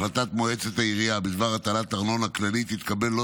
החלטת מועצת העירייה בדבר הטלת ארנונה כללית תתקבל לא